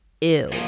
ew